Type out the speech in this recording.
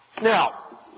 Now